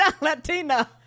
Latina